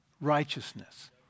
righteousness